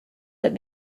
that